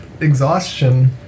exhaustion